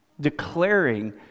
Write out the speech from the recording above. declaring